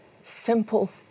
simple